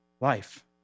life